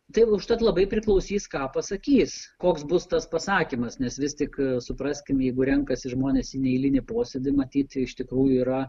tai užtat labai priklausys ką pasakys koks bus tas pasakymas nes vis tik supraskim jeigu renkasi žmonės į neeilinį posėdį matyti iš tikrųjų yra